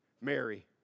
Mary